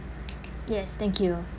yes thank you